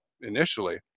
initially